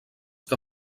que